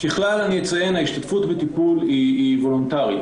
אני אציין שההשתתפות בטיפול היא וולונטארית.